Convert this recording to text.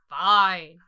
fine